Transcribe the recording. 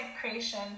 creation